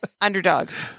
Underdogs